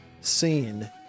seen